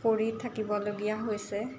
কৰি থাকিবলগীয়া হৈছে